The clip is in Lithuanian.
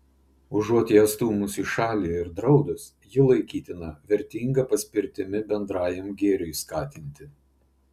užuot ją stūmus į šalį ar draudus ji laikytina vertinga paspirtimi bendrajam gėriui skatinti